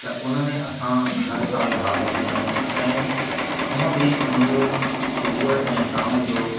त उन में असां हर साल भाॻु वठंदा आहियूं ऐं हुंअ बि मुंहिंजो सुबुह ऐं शाम जो